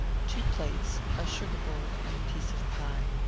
two plates, a sugar-bowl and a piece of pie.